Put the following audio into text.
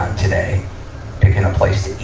today, picking a place